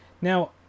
Now